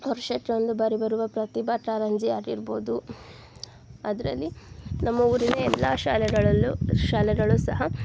ವರ್ಷಕ್ಕೆ ಒಂದು ಬಾರಿ ಬರುವ ಪ್ರತಿಭಾ ಕಾರಂಜಿ ಆಗಿರ್ಬೋದು ಅದರಲ್ಲಿ ನಮ್ಮ ಊರಿನ ಎಲ್ಲ ಶಾಲೆಗಳಲ್ಲೂ ಶಾಲೆಗಳು ಸಹ